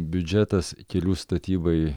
biudžetas kelių statybai